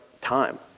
time